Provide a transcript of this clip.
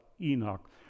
Enoch